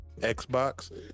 xbox